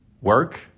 Work